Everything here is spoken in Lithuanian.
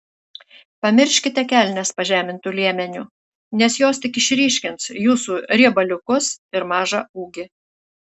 pamirškite kelnes pažemintu liemeniu nes jos tik išryškins jūsų riebaliukus ir mažą ūgį